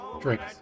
Drinks